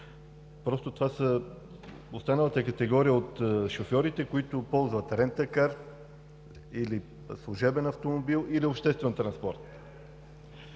просто това са останалата категория от шофьорите, които ползват рент а кар или служебен автомобил, или обществен транспорт,